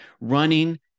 Running